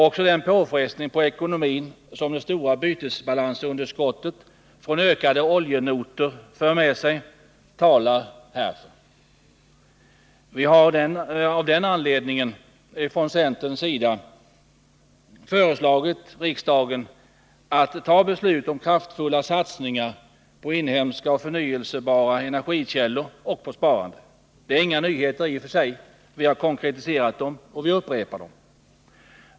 Också den påfrestning på ekonomin som det stora bytesbalansunderskottet genom ökande oljenotor för med sig talar härför. Av den anledningen har vi från centern föreslagit riksdagen att fatta beslut om kraftfulla satsningar på inhemska och förnyelsebara energikällor och på sparande. Det är inga nyheter i och för sig. Det har vi hävdat länge. Vi har konkretiserat förslagen, och vi upprepar dem.